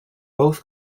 both